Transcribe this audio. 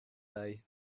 day